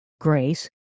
grace